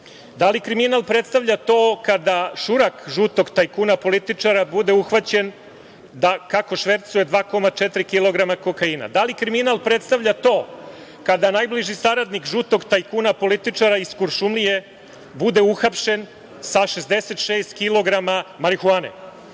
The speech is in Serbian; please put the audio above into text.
Da li kriminal predstavlja to kada šurak žutog tajkuna političara bude uhvaćen kako švercuje 2,4 kilograma kokaina? Da li kriminal predstavlja to kada najbliži saradnik žutog tajkuna političara iz Kuršumlije bude uhapšen sa 66 kilograma marihuane?